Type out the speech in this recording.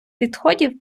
відходів